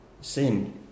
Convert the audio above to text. sin